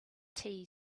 tea